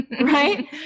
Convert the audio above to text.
Right